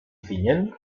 zinen